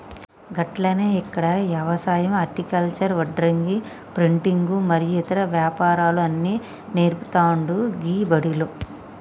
గట్లనే ఇక్కడ యవసాయం హర్టికల్చర్, వడ్రంగి, ప్రింటింగు మరియు ఇతర వ్యాపారాలు అన్ని నేర్పుతాండు గీ బడిలో